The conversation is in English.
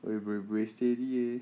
buay buay buay steady leh